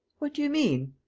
what do you mean?